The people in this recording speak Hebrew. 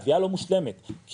התביעה לא מושלמת כי